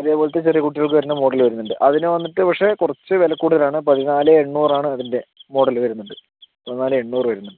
ഇതേപോലത്തെ ചെറിയ കുട്ടികൾക്ക് വരുന്ന മോഡൽ വരുന്നുണ്ട് അതിന് വന്നിട്ട് പക്ഷെ കുറച്ച് വെ വിലക്കൂടുതലാണ് പതിന്നാലെ എണ്ണൂറാണ് അതിൻ്റെ മോഡല് വരുന്നത് പതിനാലെ എണ്ണൂറ് വരും